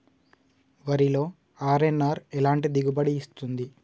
వరిలో అర్.ఎన్.ఆర్ ఎలాంటి దిగుబడి ఇస్తుంది?